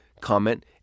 comment